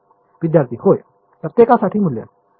विद्यार्थी होय प्रत्येकासाठी मूल्य